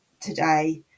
today